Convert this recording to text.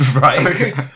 Right